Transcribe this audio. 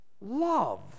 love